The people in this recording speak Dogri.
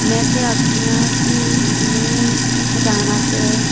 में ते आक्खनी आं कि इ'नें गी बचाना असें